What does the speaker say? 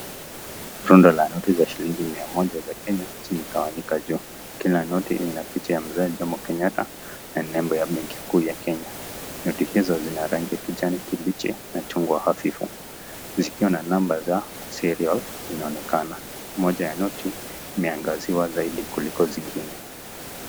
Runda la noti za shilingi elfu moja za kenya zimetawanyika juu. Kila noti hii ina picha ya mzee jomo kenyatta na nembo ya benki kuu ya kenya. Noti hizo zina rangi ya kijani kibichi na chungwa hafifu, zikiwa na numbers za serials zinaonekana moja ya noti imeangaziwa sana kuliko zingine.